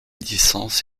distance